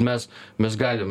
mes mes galim